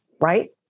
right